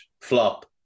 flop